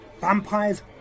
vampires